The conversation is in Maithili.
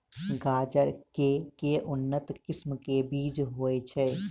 गाजर केँ के उन्नत किसिम केँ बीज होइ छैय?